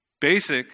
basic